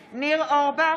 (קוראת בשמות חברי הכנסת) ניר אורבך,